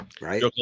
right